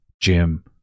Jim